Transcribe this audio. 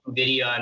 video